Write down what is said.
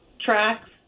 tracks